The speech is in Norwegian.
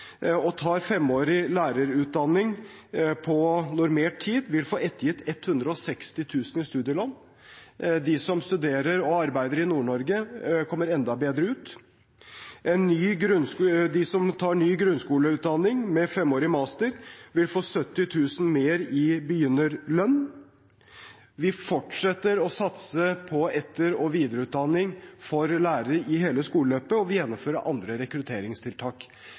og tar femårig lærerutdanning på normert tid, vil få ettergitt 160 000 kr i studielån. De som studerer og arbeider i Nord-Norge, kommer enda bedre ut. De som tar ny grunnskoleutdanning med femårig master, vil få 70 000 kr mer i begynnerlønn. Vi fortsetter å satse på etter- og videreutdanning for lærere i hele skoleløpet, og vi gjennomfører andre rekrutteringstiltak.